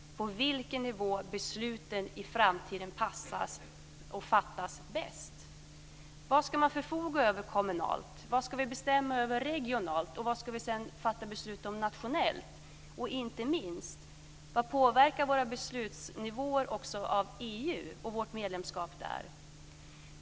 På vilken nivå ska besluten i framtiden fattas bäst? Vad ska man förfoga över kommunalt? Vad ska vi bestämma över regionalt? Vad ska vi besluta om nationellt? Och inte minst: I vad påverkas våra beslutsnivåer av EU och vårt EU-medlemskap?